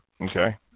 Okay